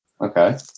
Okay